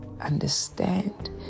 understand